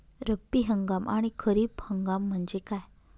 रब्बी हंगाम आणि खरीप हंगाम म्हणजे काय?